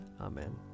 Amen